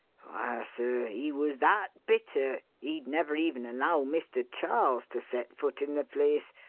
sir, he was that bitter he'd never even allow mr. charles to set foot in the place,